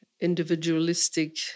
individualistic